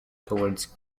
towards